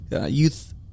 youth